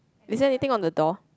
is there anything on the door